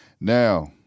Now